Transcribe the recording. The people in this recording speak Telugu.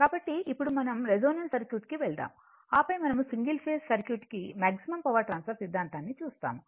కాబట్టి ఇప్పుడు మనం రెసోనెన్స్ సర్క్యూట్కు వెళ్తాము ఆపై మనము సింగిల్ ఫేస్ సర్క్యూట్ కి మాగ్జిమమ్ పవర్ ట్రాన్స్ఫర్ సిద్ధాంతాన్ని చూస్తాము